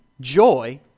joy